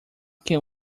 can